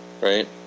Right